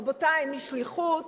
רבותי, משליחות